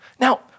Now